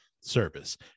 service